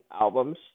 albums